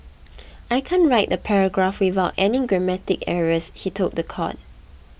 I can't write a paragraph without any grammatical errors he told the court